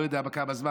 אני לא יודע כמה זמן,